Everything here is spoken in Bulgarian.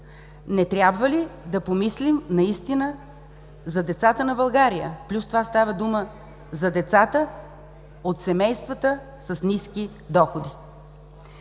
не трябва ли да помислим наистина за децата на България? Плюс това става дума за децата от семействата с ниски доходи.